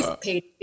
paid